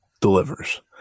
delivers